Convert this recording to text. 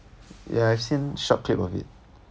ya I've seen short clip of it